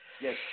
Yes